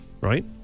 right